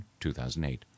2008